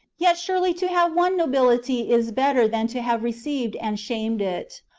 yet surely to have won nobility is better than to have received and shamed it.